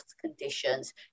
conditions